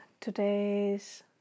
today's